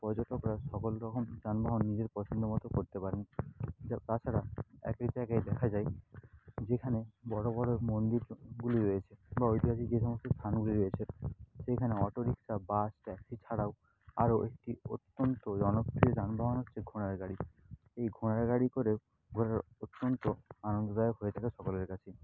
পর্যটকরা সকল রকম যানবাহন নিজের পছন্দ মতো করতে পারেন তাছাড়া একেক জায়গায় দেখা যায় যেখানে বড় বড় মন্দিরগুলি রয়েছে বা ঐতিহাসিক যে সমস্ত স্থানগুলি রয়েছে সেইখানে অটো রিক্সা বাস ট্যাক্সি ছাড়াও আরো একটি অত্যন্ত জনপ্রিয় যানবাহন হচ্ছে ঘোড়ার গাড়ি এই ঘোড়ার গাড়ি করে ঘোরা অত্যন্ত আনন্দদায়ক হয়ে থাকে সকলের কাছেই